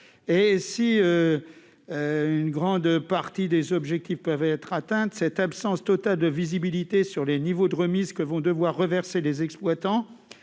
Si une grande partie des objectifs peuvent être atteints, l'absence totale de visibilité sur les niveaux de remise que vont devoir reverser les exploitants